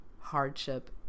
hardship